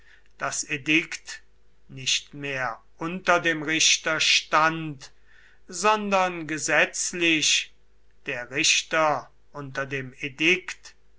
das edikt nicht mehr unter dem richter stand sondern gesetzlich der richter unter dem